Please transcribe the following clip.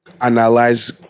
analyze